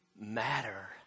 matter